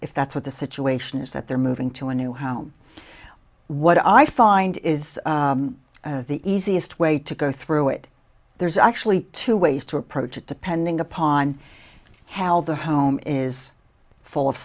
if that's what the situation is that they're moving to a new home what i find is the easiest way to go through it there's actually two ways to approach it depending upon how the home is full of